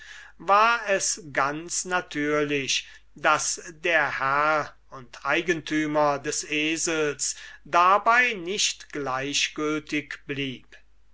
war es ganz natürlich daß der herr und eigentümer des esels dabei nicht gleichgültig blieb